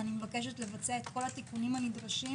ואני מבקשת לבצע את כל התיקונים הנדרשים